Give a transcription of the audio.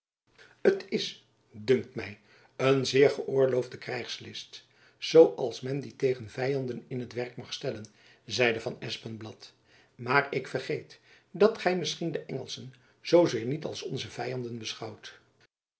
t is dunkt my een zeer geoorloofde krijgslist zoo als men die tegen vyanden in t werk mag stellen zeide van espenblad maar ik vergeet dat gy misschien de engelschen zoo zeer niet als onze vyanden beschouwt